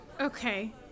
Okay